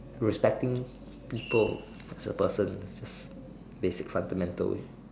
respecting people as a person is a basic fundamental